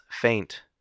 faint